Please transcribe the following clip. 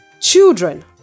Children